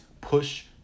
push